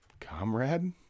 Comrade